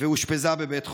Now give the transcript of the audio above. ואושפזה בבית חולים.